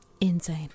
insane